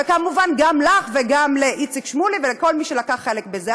וכמובן גם לך וגם לאיציק שמולי ולכל מי שלקח חלק בזה,